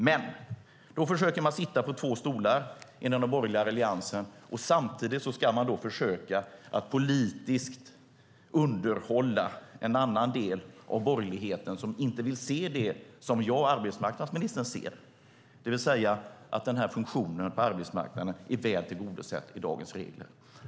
Men då försöker man inom den borgerliga alliansen sitta på två stolar och samtidigt försöka att politiskt underhålla en annan del av borgerligheten som inte vill se det som jag och arbetsmarknadsministern ser, det vill säga att denna funktion på arbetsmarknaden är väl tillgodosedd med dagens regler.